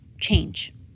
change